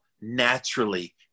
naturally